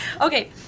Okay